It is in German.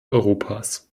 europas